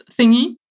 thingy